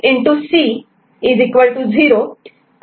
C 0 आणि ही term 1